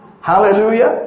Hallelujah